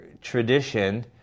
tradition